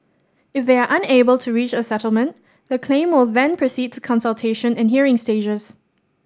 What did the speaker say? if they are unable to reach a settlement the claim will then proceed to consultation and hearing stages